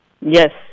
Yes